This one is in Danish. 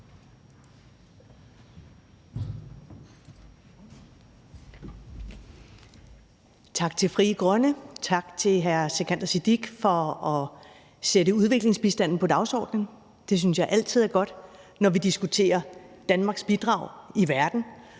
Tak til Frie Grønne, tak til hr. Sikandar Siddique for at sætte udviklingsbistanden på dagsordenen. Det synes jeg altid er godt, når vi diskuterer Danmarks bidrag i verden,